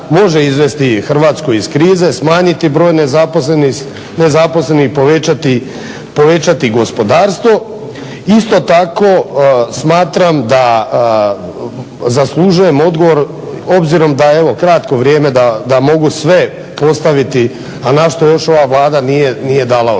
može izvesti Hrvatsku iz krize, smanjiti broj nezaposlenih, povećati gospodarstvo? Isto tako smatram da zaslužujem odgovor obzirom da je evo kratko vrijeme da mogu sve postaviti, a na što još ova Vlada nije dala odgovor.